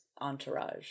entourage